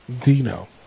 Dino